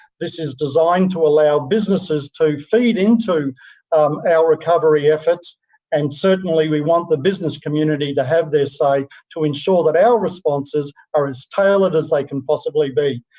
this is designed to allow businesses to feed into our recovery efforts and certainly we want the business community to have their say to ensure that our responses are as tailored as they like can possibly be.